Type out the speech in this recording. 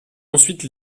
ensuite